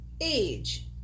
age